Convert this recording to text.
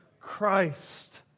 Christ